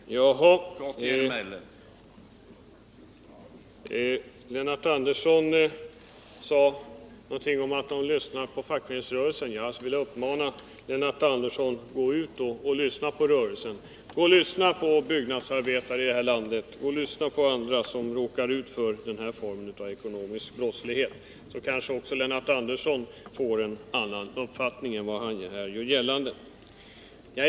Herr talman! Lennart Andersson sade någonting om att man lyssnar på fackföreningsrörelsen. Jag skulle vilja uppmana Lennart Andersson att gå ut och lyssna på rörelsen — på byggnadsarbetare och andra som råkar ut för den här formen av ekonomisk brottslighet. Då får kanske också Lennart Andersson en annan uppfattning än den som han har fört fram i dag.